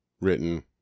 written